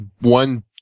one